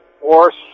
force